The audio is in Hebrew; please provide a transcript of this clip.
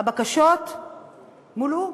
הבקשות מולאו.